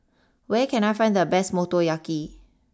where can I find the best Motoyaki